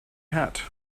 hat